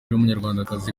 w’umunyarwandakazi